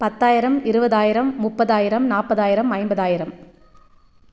பத்தாயிரம் இருபதாயிரம் முப்பதாயிரம் நாற்பதாயிரம் ஐம்பதாயிரம்